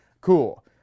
cool